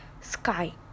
sky